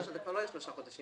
זה כבר לא יהיה שלושה חודשים.